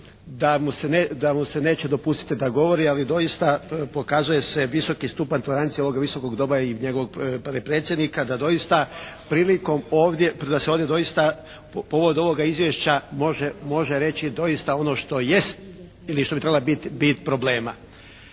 da mu se neće dopustiti da govori, ali doista pokazuje se visoki stupanj tolerancije ovoga Visokog doma i njegovog predsjednika da doista prilikom ovdje, da se ovdje doista u povodu ovoga izvješća može reći doista ono što jest ili što bi trebala biti bit problema.